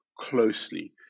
closely